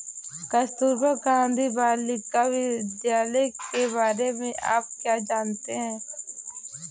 कस्तूरबा गांधी बालिका विद्यालय के बारे में आप क्या जानते हैं?